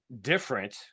different